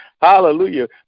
hallelujah